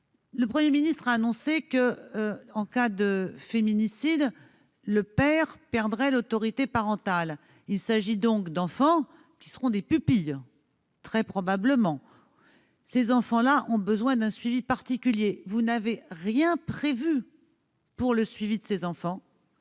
Le Premier ministre a annoncé qu'en cas de féminicide le père perdrait l'autorité parentale. Il s'agit donc d'enfants qui deviendront des pupilles, très probablement. Ces enfants-là ont besoin d'un suivi particulier. Or vous n'avez rien prévu de tel. Quand bien